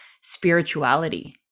spirituality